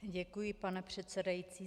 Děkuji, pane předsedající.